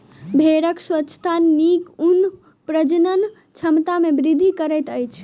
भेड़क स्वच्छता नीक ऊन आ प्रजनन क्षमता में वृद्धि करैत अछि